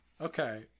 Okay